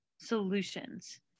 solutions